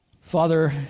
Father